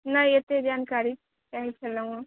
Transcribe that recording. नहि एते जानकारी चाहै छलहुॅं हँ